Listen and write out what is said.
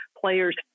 players